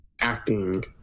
acting